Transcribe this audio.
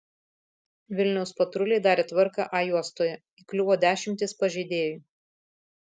vilniaus patruliai darė tvarką a juostoje įkliuvo dešimtys pažeidėjų